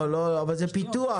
לא, זה פיתוח.